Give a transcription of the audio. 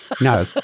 No